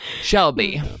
Shelby